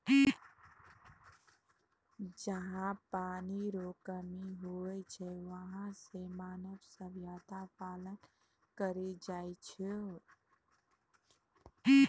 जहा पनी रो कमी हुवै छै वहां से मानव सभ्यता पलायन करी जाय छै